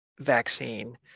vaccine